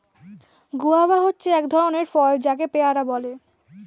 guava হচ্ছে এক ধরণের ফল যাকে পেয়ারা বলে